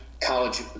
college